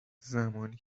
زمانی